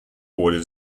awarded